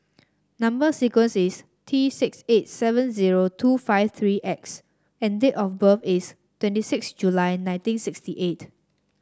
number sequence is T six eight seven zero two five three X and date of birth is twenty six July nineteen sixty eight